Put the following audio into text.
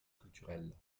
culturelle